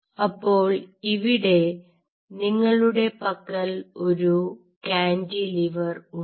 അപ്പോൾ ഇവിടെ നിങ്ങളുടെ പക്കൽ ഒരു കാന്റിലൈവർ ഉണ്ട്